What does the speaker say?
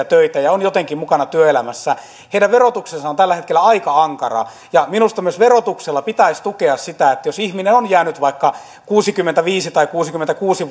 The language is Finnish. töitä ja on jotenkin mukana työelämässä heidän verotuksensa on tällä hetkellä aika ankaraa ja minusta myös verotuksella pitäisi tukea sitä että jos ihminen on jäänyt vaikka kuusikymmentäviisi tai kuusikymmentäkuusi